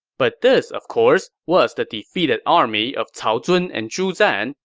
but this, of course, was the defeated army of cao zun and zhu zan,